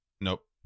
nope